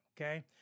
Okay